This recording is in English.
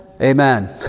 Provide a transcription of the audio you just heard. amen